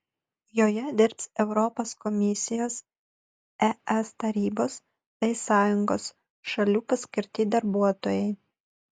joje dirbs europos komisijos es tarybos bei sąjungos šalių paskirti darbuotojai